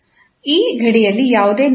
ಈ ಗಡಿಯಲ್ಲಿ ಯಾವುದೇ ನಷ್ಟವಿಲ್ಲ